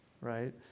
right